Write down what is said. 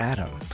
Adam